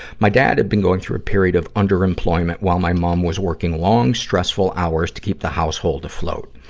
my dad had been going through a period of underemployment, while my mom was working long, stressful hours to keep the household afloat.